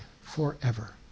forever